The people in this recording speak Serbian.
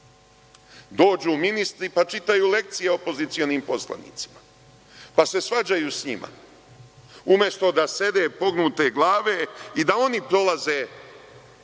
Dođu ministri, pa čitaju lekcije opozicionim poslanicima, pa se svađaju sa njima, umesto da sede pognute glave i da oni prolaze